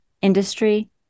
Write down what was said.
industry